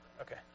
Okay